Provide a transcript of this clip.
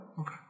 Okay